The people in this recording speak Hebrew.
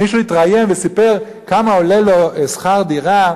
מישהו התראיין וסיפר כמה עולה לו שכר דירה.